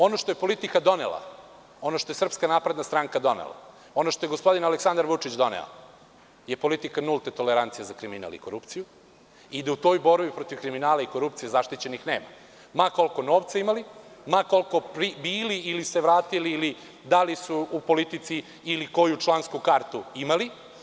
Ono što je politika donela, ono što je SNS donela, ono što je gospodin Aleksandar Vučić doneo je politika nulte tolerancije za kriminal i korupciju i da u toj borbi protiv kriminala i korupcije zaštićenih nema, ma koliko novca imali, ma koliko bili ili se vratili ili da li su u politici ili koju člansku kartu imali.